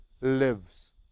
lives